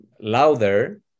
louder